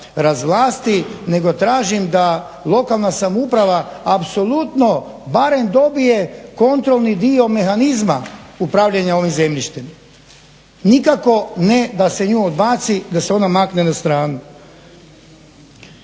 razvlasti nego tražim da lokalna samouprava apsolutno barem dobije kontrolni dio mehanizma upravljanja ovim zemljištem, nikako ne da se nju odbaci, da se ona makne na stranu.